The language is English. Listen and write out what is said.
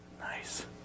Nice